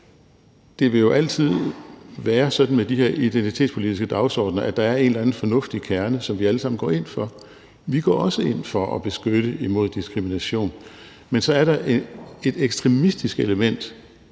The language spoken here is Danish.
at det jo altid vil være sådan med de her identitetspolitiske dagsordener, at der er en eller anden fornuftig kerne, som vi alle sammen går ind for. Liberal Alliance går også ind for at beskytte imod diskrimination. Men så er der et ekstremistisk element,